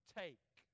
take